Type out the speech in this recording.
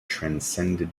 transcended